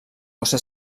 josé